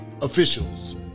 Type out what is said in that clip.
officials